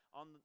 on